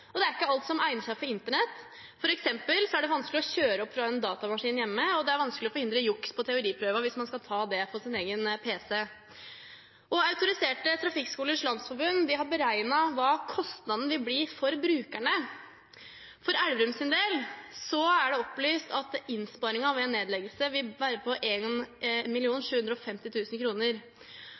Det er heller ikke alt som egner seg for internett. For eksempel er det vanskelig å kjøre opp fra en datamaskin hjemme, og det er vanskelig å forhindre juks på teoriprøven hvis man skal ta den på sin egen pc. Autoriserte Trafikkskolers Landsforbund, ATL, har beregnet hva kostnaden vil bli for brukerne. For Elverum sin del er det opplyst at innsparingen ved nedleggelse vil være på